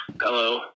Hello